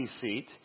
seat